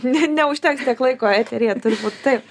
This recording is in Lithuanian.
ne neužteks tiek laiko eteryje turbūt taip